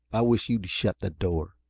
i wish you'd shut the door.